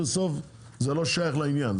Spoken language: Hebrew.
בסוף זה לא שייך לעניין,